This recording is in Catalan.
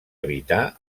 evitar